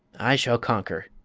i shall conquer,